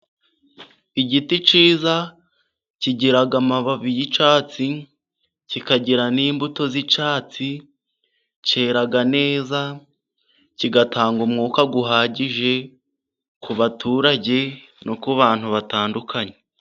Igiti kiza, kigira amababi y'icyatsi, kikagira n'imbuto z'icyatsi, cyera neza, kigatanga umwuka uhagije, ku baturage no ku bantu batandukanye.